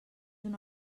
una